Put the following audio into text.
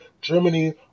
Germany